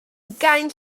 ugain